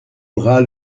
bras